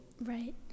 Right